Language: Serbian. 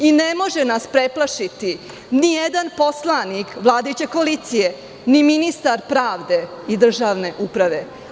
Ne može nas preplašiti nijedan poslanik vladajuće koalicije, ni ministar pravde i državne uprave.